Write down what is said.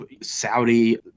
Saudi